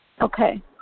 Okay